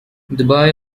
dubai